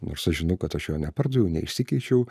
nors aš žinau kad aš jo nepardaviau neišsikeičiau